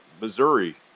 Missouri